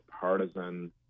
partisan